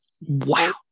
wow